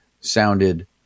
sounded